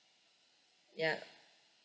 ya